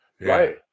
Right